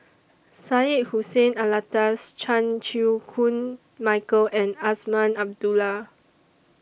Syed Hussein Alatas Chan Chew Koon Michael and Azman Abdullah